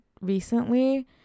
recently